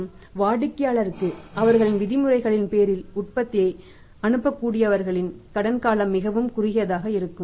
மற்றும் வாடிக்கையாளர்களுக்கு அவர்களின் விதிமுறைகளின் பேரில் உற்பத்தியை அனுப்பக்கூடியவர்களின் கடன் காலம் மிகவும் குறுகியதாக இருக்கும்